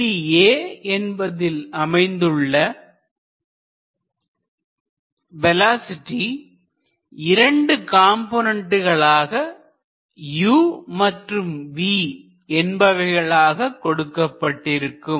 புள்ளி A என்பதில் அமைந்துள்ள வேலோஸிட்டி 2 காம்போனென்டுகளாக u மற்றும் v என்பவைகளாக கொடுக்கப்பட்டிருக்கும்